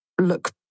look